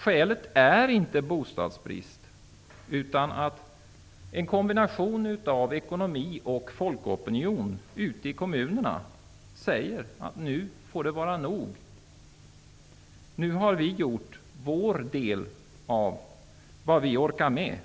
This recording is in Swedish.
Skälet är inte bostadsbrist utan ekonomin ute i kommunerna i kombination med en folkopinion som säger att det nu får vara nog. Nu har vi gjort vår del av vad vi orkar med,